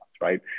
right